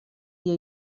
dia